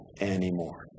anymore